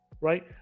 right